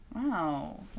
Wow